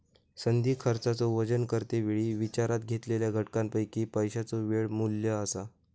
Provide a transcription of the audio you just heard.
संधी खर्चाचो वजन करते वेळी विचारात घेतलेल्या घटकांपैकी पैशाचो येळ मू्ल्य असा